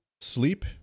Sleep